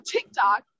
TikTok